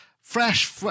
Fresh